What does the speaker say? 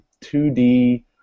2D